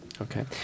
Okay